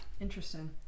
Interesting